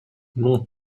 mon